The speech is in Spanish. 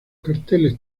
carteles